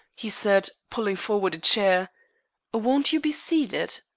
he said, pulling forward a chair won't you be seated?